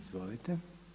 Izvolite.